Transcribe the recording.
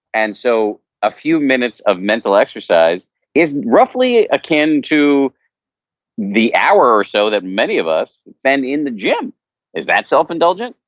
and so a few minutes of mental exercise is roughly akin to the hour or so that many of us spend in the gym is that self indulgent?